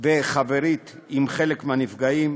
וחברית עם חלק מהנפגעים,